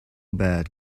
bad